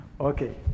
Okay